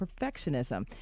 perfectionism